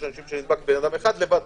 לפעמים נדבק אחד במקום.